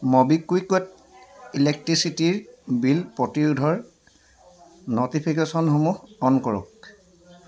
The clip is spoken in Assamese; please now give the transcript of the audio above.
ম'বিকুইকত ইলেক্ট্ৰিচিটীৰ বিল পৰিশোধৰ ন'টিফিকেশ্যনসমূহ অ'ন কৰক